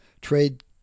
trade